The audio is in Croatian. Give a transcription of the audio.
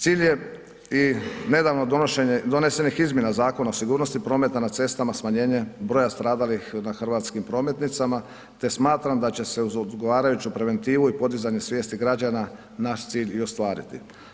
Cilj je i nedavno donesenih izmjena Zakona o sigurnosti prometa na cestama, smanjenje broja stradalih na hrvatskim prometnicama te smatram da će se uz odgovarajuću preventivu i podizanje svijesti građana naš cilj i ostvariti.